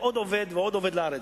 עוד עובד ועוד עובד לארץ,